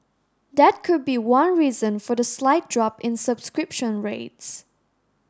that could be one reason for the slight drop in subscription rates